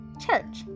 Church